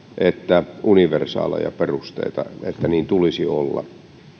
että universaaleja perusteita että niin tulisi olla